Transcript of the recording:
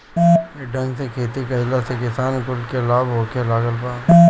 ये ढंग से खेती कइला से किसान कुल के लाभ होखे लागल बा